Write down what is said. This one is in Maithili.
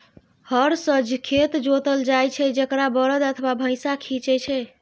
हर सं खेत जोतल जाइ छै, जेकरा बरद अथवा भैंसा खींचै छै